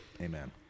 Amen